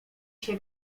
się